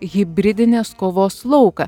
hibridinės kovos lauką